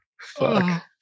fuck